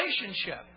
relationship